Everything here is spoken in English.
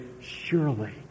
surely